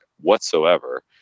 whatsoever